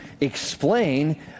explain